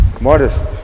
Modest